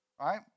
right